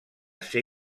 ser